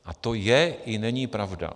A to je i není pravda.